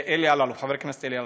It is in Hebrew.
חבר הכנסת אלי אלאלוף,